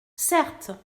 certes